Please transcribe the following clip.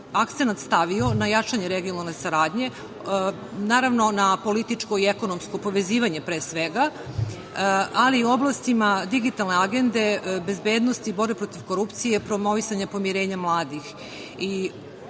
akcenat stavio na jačanje regionalne saradnje, naravno na političko i ekonomsko povezivanje, pre svega, ali i u oblastima digitalne Agende bezbednosti i borbe protiv korupcije, promovisanja pomirenja mladih. Srbija